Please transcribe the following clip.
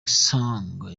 sung